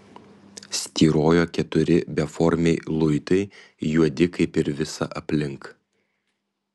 styrojo keturi beformiai luitai juodi kaip ir visa aplink